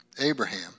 Abraham